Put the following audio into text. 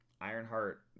Ironheart